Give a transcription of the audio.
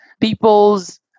people's